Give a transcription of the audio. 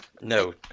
No